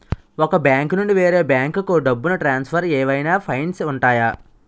ఒక బ్యాంకు నుండి వేరే బ్యాంకుకు డబ్బును ట్రాన్సఫర్ ఏవైనా ఫైన్స్ ఉంటాయా?